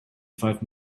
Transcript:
five